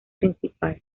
principal